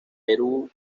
perú